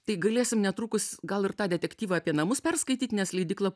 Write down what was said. tai galėsim netrukus gal ir tą detektyvą apie namus perskaityt nes leidykla